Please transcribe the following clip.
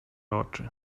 oczy